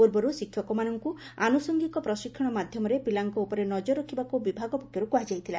ପୂର୍ବରୁ ଶିକ୍ଷକମାନଙ୍କୁ ଆନୁଷଙ୍ଗିକ ପ୍ରଶିକ୍ଷଣ ମାଧ୍ଧମରେ ପିଲାଙ୍କ ଉପରେ ନଜର ରଖିବାକୁ ବିଭାଗ ପକ୍ଷରୁ କୁହାଯାଇଥିଲା